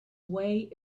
way